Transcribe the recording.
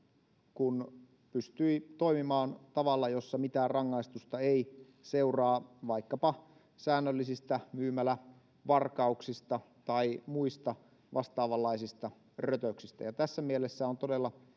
kun pystyi toimimaan tavalla jossa mitään rangaistusta ei seuraa vaikkapa säännöllisistä myymälävarkauksista tai muista vastaavanlaisista rötöksistä tässä mielessä on todella